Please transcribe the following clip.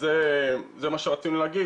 זה מה שרצינו להגיד.